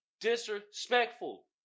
disrespectful